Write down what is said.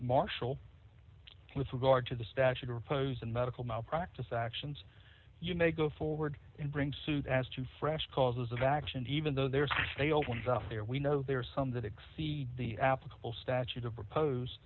marshall with regard to the statute or opposing medical malpractise actions you may go forward and bring suit as to fresh causes of action and even though there's a failed ones out there we know there are some that exceed the applicable statute of repose